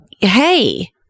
hey